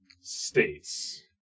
States